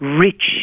rich